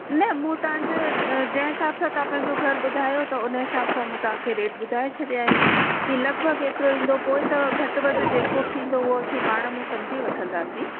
न मूं तव्हांजे जंहिं हिसाब सां तव्हां पंहिंजो घर ॿुधायो अथव हुन हिसाब सां मूं तव्हांखे रेट ॿुधाए छॾिया आहिनि की लगभगि एतिरो ईंदो पोए त घटि वध जेको थींदो हू असीं पाण में सम्झी वठंदासीं